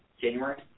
January